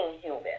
human